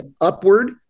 Upward